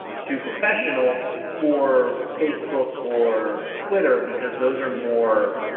too professional for facebook or twitter because those are more